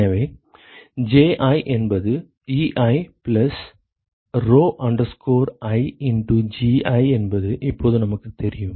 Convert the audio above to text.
எனவே Ji என்பது Ei plus rho i into Gi என்பது இப்போது நமக்குத் தெரியும்